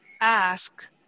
Ask